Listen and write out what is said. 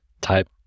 type